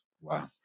Wow